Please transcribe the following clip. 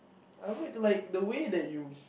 I would like the way that you